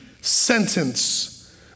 sentence